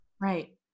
Right